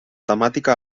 temàtica